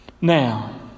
Now